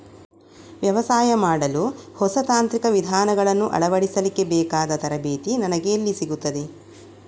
ವ್ಯವಸಾಯ ಮಾಡಲು ಹೊಸ ತಾಂತ್ರಿಕ ವಿಧಾನಗಳನ್ನು ಅಳವಡಿಸಲಿಕ್ಕೆ ಬೇಕಾದ ತರಬೇತಿ ನನಗೆ ಎಲ್ಲಿ ಸಿಗುತ್ತದೆ?